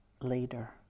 later